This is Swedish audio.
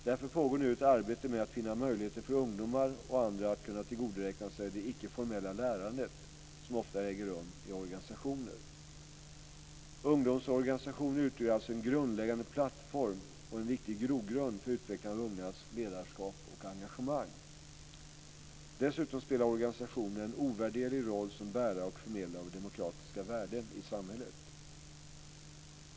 Därför pågår nu ett arbete med att finna möjligheter för ungdomar och andra att tillgodoräkna sig det icke formella lärandet som ofta äger rum i organisationer. Ungdomsorganisationer utgör alltså en grundläggande plattform och en viktig grogrund för utvecklandet av ungas ledarskap och engagemang. Dessutom spelar organisationerna en ovärderlig roll som bärare och förmedlare av demokratiska värden i samhället.